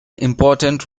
important